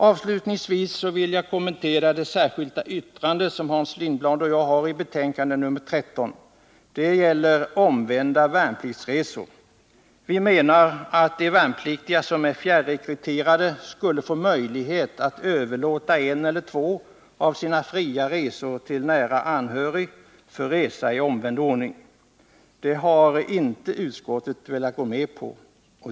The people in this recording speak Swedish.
Avslutningsvis vill jag kommentera det särskilda yttrande som Hans Lindblad och jag har i betänkandet nr 13. Det gäller s.k. omvända värnpliktsresor. Vi menar att de värnpliktiga som är fjärrekryterade skulle få möjlighet att överlåta en eller två av sina fria resor till en nära anhörig för resa i omvänd riktning. Det har inte utskottet velat gå med på.